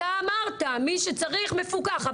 אתה אמרת שמי שצריך מפוקח.